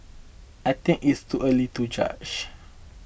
I think it's too early to judge